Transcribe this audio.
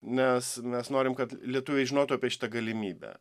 nes mes norim kad lietuviai žinotų apie šitą galimybę